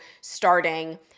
starting